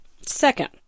Second